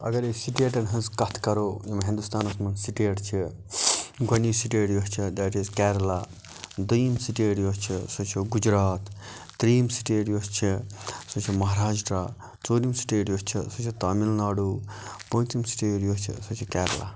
اگر أسۍ سٹیٹَن ہٕنٛز کتھ کَرو یِم ہِندوستانَس مَنٛز سٹیٹ چھِ گۄڈنِچ سٹیٹ یۄس چھَ دیٹ اِز کیرلا دوٚیِم سٹیٹ یۄس چھِ سۄ چھِ گُجرات ترٛیِم سٹیٹ یۄس چھَ سۄ چھِ مَہاراشٹرا ژورِم سٹیٹ یۄس چھَ سۄ چھِ تامِل ناڈوٗ پوٗنٛژِم سٹیٹ یۄس چھَ سۄ چھِ کیرلا